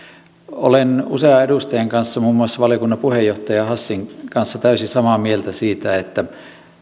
olen usean edustajan kanssa muun muassa valiokunnan puheenjohtaja hassin kanssa täysin samaa mieltä siitä että